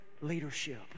leadership